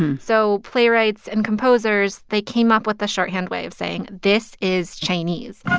so playwrights and composers, they came up with the shorthand way of saying this is chinese